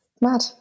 Mad